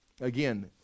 Again